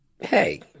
Hey